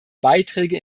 beiträge